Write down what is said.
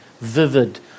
vivid